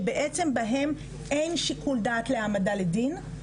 שבעצם בהם אין שיקול דעת להעמדה לדין,